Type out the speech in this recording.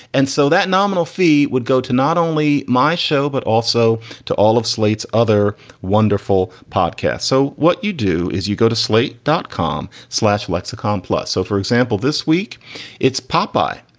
and so that nominal fee would go to not only my show, but also to all of slate's other wonderful podcasts. so what you do is you go to slate, dotcom lexicon plus. so, for example, this week it's papy,